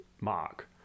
mark